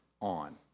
on